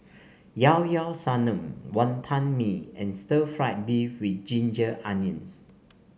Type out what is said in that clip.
Llao Llao Sanum Wantan Mee and Stir Fried Beef with Ginger Onions